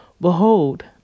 Behold